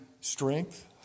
strength